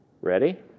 Ready